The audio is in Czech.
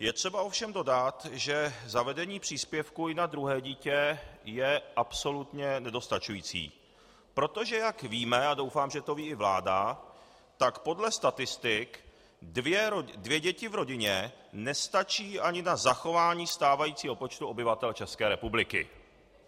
Je třeba ovšem dodat, že zavedení příspěvku i na druhé dítě je absolutně nedostačující, protože jak víme, a doufám, že to ví i vláda, tak podle statistik dvě děti v rodině nestačí na zachování stávajícího počtu obyvatel České republiky.